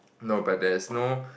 no but there's no